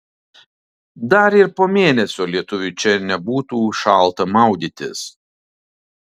dar ir po mėnesio lietuviui čia nebūtų šalta maudytis